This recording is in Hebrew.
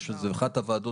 אני חושב שזו אחת הוועדות,